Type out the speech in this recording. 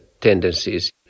tendencies